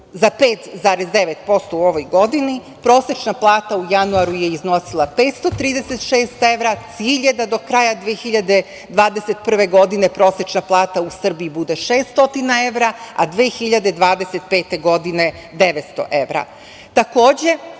za 5,9% u ovoj godini. Prosečna plata u januaru je iznosila 536 evra, cilj je da do kraja 2021. godine prosečna plata u Srbiji bude 600 evra, a 2025. godine 900